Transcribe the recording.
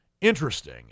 interesting